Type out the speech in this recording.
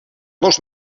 dos